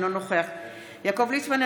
אינו נוכח יעקב ליצמן,